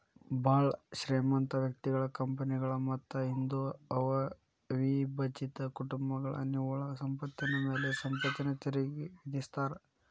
ಭಾಳ್ ಶ್ರೇಮಂತ ವ್ಯಕ್ತಿಗಳ ಕಂಪನಿಗಳ ಮತ್ತ ಹಿಂದೂ ಅವಿಭಜಿತ ಕುಟುಂಬಗಳ ನಿವ್ವಳ ಸಂಪತ್ತಿನ ಮ್ಯಾಲೆ ಸಂಪತ್ತಿನ ತೆರಿಗಿ ವಿಧಿಸ್ತಾರಾ